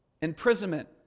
Imprisonment